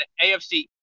AFC